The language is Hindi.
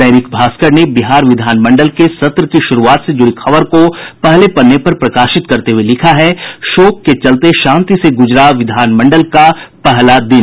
दैनिक भास्कर ने बिहार विधानमंडल के सत्र की शुरूआत से जुड़ी खबर को पहले पन्ने पर प्रकाशित करते हुए लिखा है शोक के चलते शांति से गुजरा विधानमंडल का पहला दिन